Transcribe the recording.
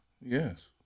Yes